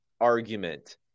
argument